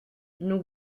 nous